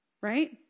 Right